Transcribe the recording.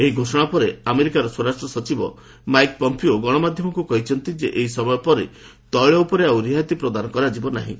ଏହି ଘୋଷଣା ପରେ ଆମେରିକାର ସ୍ୱରାଷ୍ଟ୍ର ସଚିବ ମାଇକ୍ ପମ୍ପିଓ ଗଣମାଧ୍ୟମକୁ କହିଛନ୍ତି ଯେ ଏହି ସମୟ ପରେ ତେଳ ଉପରେ ଆଉ ରିହାତି ପ୍ରଦାନ କରାଯିବ ନାହିଁ